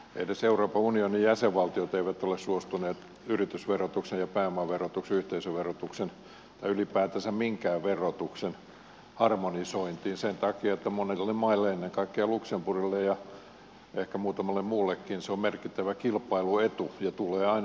edes euroopan unionin jäsenvaltiot eivät ole suostuneet yritysverotuksen ja pääomaverotuksen yhteisöverotuksen ja ylipäätänsä minkään verotuksen harmonisointiin sen takia että monille maille ennen kaikkea luxemburgille ja ehkä muutamalle muullekin se on merkittävä kilpailuetu ja tulee aina olemaan